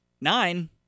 Nine